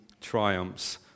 triumphs